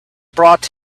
brought